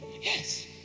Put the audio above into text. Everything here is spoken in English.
Yes